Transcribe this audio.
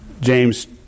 James